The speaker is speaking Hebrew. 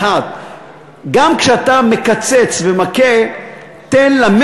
כלומר, הממשלה תוציא